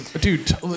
dude